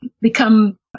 become